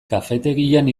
kafetegian